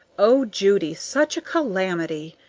o judy, such a calamity!